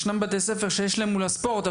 ישנם בתי ספר שיש להם אולם ספורט,